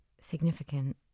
significant